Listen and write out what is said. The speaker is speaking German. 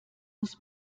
muss